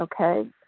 okay